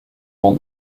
want